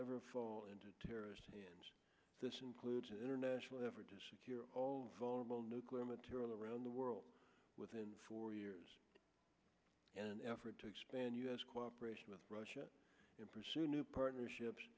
ever fall into terrorists this includes an international effort to secure vulnerable nuclear material around the world within four years an effort to expand u s cooperation with russia and pursue new partnerships